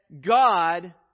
God